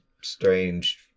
strange